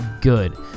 good